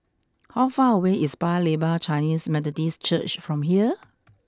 how far away is Paya Lebar Chinese Methodist Church from here